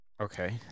Okay